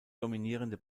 dominierende